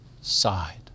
side